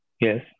Yes